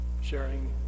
sharing